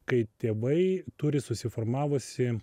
kai tėvai turi susiformavusį